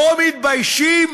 בו מתביישים?